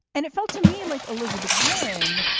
and it felt to me like elizabeth warren.